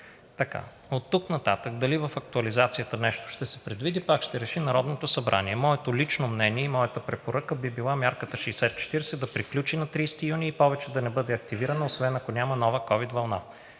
Оттук нататък дали в актуализацията нещо ще се предвиди пак, ще реши Народното събрание. Моето лично мнение и моята препоръка би била мярката 60/40 да приключи на 30 юни и повече да не бъде активирана, освен ако няма нова ковид вълна.